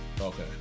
Okay